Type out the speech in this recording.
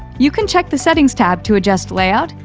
you can check the setting tabs to adjust layout,